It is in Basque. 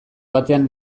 batean